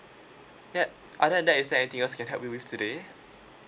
yup other than that is there anything else can help you with today